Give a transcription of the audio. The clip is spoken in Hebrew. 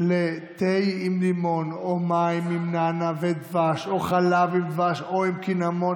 לתה עם לימון או מים עם נענע ודבש או חלב עם דבש או עם קינמון,